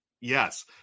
yes